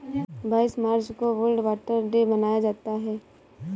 बाईस मार्च को वर्ल्ड वाटर डे मनाया जाता है